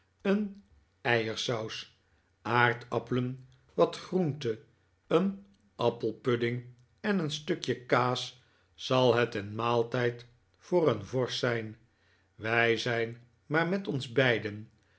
een eiersaus aardappelen wat groente een appelpudding en een stukje kaas zal het een maaltijd voor een vorst zijn wij zijn maar met ons beiden